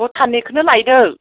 भुटाननिखोनो लायदो